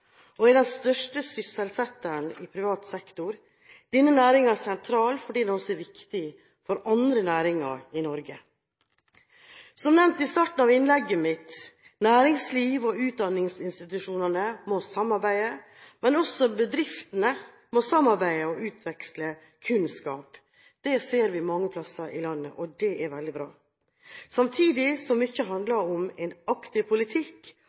og er den største sysselsetteren i privat sektor. Denne næringen er sentral fordi den også er viktig for andre næringer i Norge. Som nevnt i starten av innlegget mitt: Næringslivet og utdanningsinstitusjonene må samarbeide, men også bedriftene må samarbeide og utveksle kunnskap – det ser vi mange plasser i landet, og det er veldig bra – samtidig som mye handler om en aktiv politikk